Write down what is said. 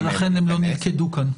לכן הם לא נלכדו כאן.